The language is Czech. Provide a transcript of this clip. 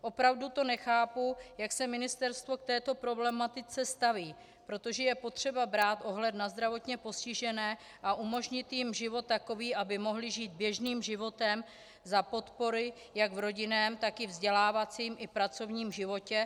Opravdu to nechápu, jak se ministerstvo k této problematice staví, protože je potřeba brát ohled na zdravotně postižené a umožnit jim takový život, aby mohli žít běžným životem za podpory jak v rodinném, tak i vzdělávacím i pracovním životě.